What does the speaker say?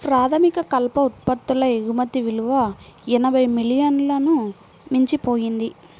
ప్రాథమిక కలప ఉత్పత్తుల ఎగుమతి విలువ ఎనభై మిలియన్లను మించిపోయింది